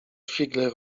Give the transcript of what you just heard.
figle